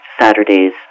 Saturday's